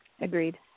Agreed